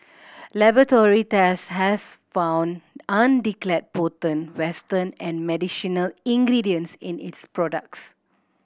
laboratory tests has found undeclared potent western and medicinal ingredients in its products